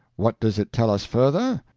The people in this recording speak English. what does it tell us further?